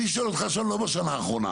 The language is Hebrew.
אני שואל אותך עכשיו לא בשנה האחרונה.